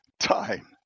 time